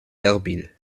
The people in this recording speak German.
erbil